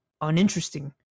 uninteresting